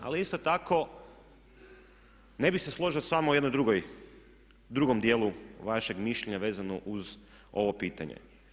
Ali isto tako ne bih se složio s vama u jednom drugom dijelu vašeg mišljenja vezano uz ovo pitanje.